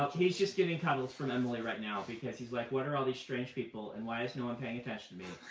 ah he's just getting cuddles from emily right now, because he's like, what are all these strange people? and why is no one paying attention to me?